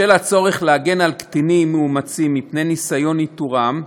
בשל הצורך להגן על קטינים מאומצים מפני ניסיון איתורם,